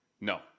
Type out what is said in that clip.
No